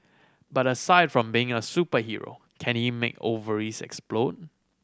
but aside from being a superhero can he make ovaries explode